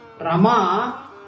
Rama